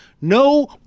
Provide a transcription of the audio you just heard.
no